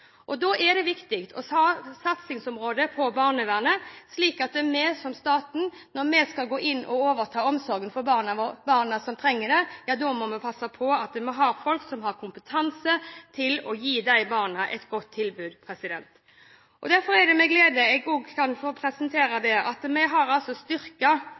har. Da er det viktig å satse på barnevernet, slik at vi, når vi skal gå inn og overta omsorgen for de barna som trenger det, må passe på at vi har folk som har kompetanse til å gi disse barna et godt tilbud. Derfor er det med glede jeg kan presentere at vi har styrket både kunnskapsgrunnlaget og kompetansen i barnevernet. Men ikke minst har